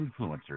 influencers